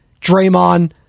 Draymond